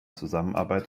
zusammenarbeit